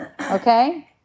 Okay